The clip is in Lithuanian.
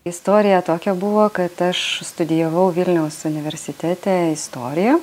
istorija tokia buvo kad aš studijavau vilniaus universitete istoriją